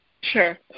Sure